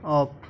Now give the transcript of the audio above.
off